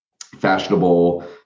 fashionable